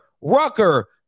Rucker